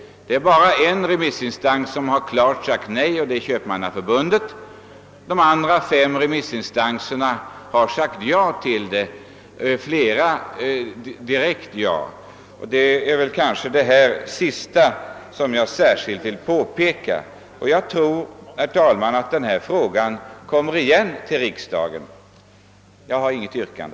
Det är bara en remissinstans som klart avstyrkt, nämligen Köpmannaförbundet. De andra fem instanserna har sagt ja, flera ett direkt ja. Jag vill särskilt påpeka det sistnämda. Jag tror, herr talman, att denna fråga kommer igen till riksdagen. Jag har nu inget yrkande.